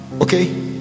okay